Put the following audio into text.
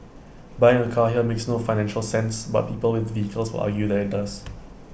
buying A car here makes no financial sense but people with vehicles will argue that IT does